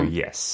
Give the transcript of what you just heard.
yes